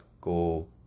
go